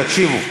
תקשיבו.